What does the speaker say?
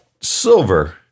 silver